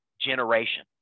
generation